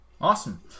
Awesome